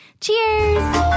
Cheers